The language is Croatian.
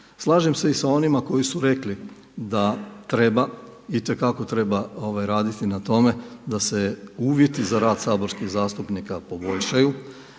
Slažem se i sa onima koji su rekli da treba itekako treba raditi na tome da se uvjeti za rad saborskih zastupnika poboljšaju